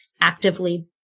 actively